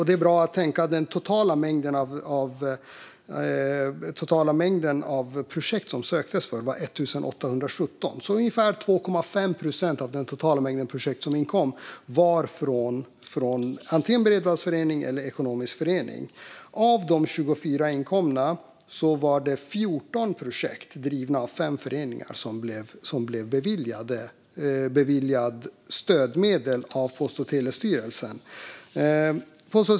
Det är bra att tänka på detta då den totala mängden projektansökningar var 1 817. Ungefär 2,5 procent av den totala mängden ansökningar för projekt som inkom var alltså från antingen bredbandsföreningar eller ekonomiska föreningar. Av de 24 inkomna var det 14 projekt drivna av fem föreningar som blev beviljade stödmedel av Post och telestyrelsen.